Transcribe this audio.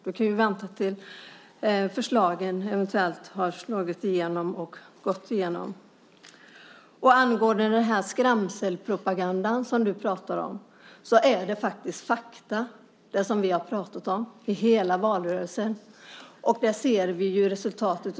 Du kan ju vänta tills förslagen eventuellt gått igenom och slagit igenom. Angående den skrämselpropaganda som du pratar om vill jag säga att det vi pratat om under hela valrörelsen är fakta. Just nu ser vi ju resultatet.